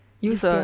Use